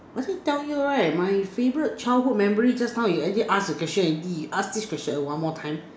I already tell you right my favourite childhood memory just now you already ask the question already ask this question at one more time